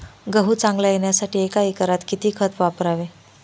गहू चांगला येण्यासाठी एका एकरात किती खत वापरावे?